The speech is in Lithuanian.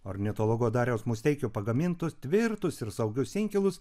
ornitologo dariaus musteikio pagamintus tvirtus ir saugius inkilus